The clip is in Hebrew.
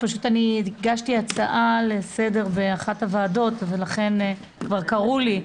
הגשתי הצעה לסדר באחת הוועדות וכבר קראו לי.